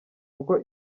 uko